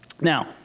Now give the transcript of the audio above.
Now